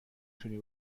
تونی